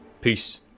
Peace